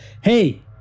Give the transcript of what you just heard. Hey